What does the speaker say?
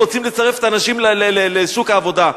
רוצים לצרף את האנשים לשוק העבודה.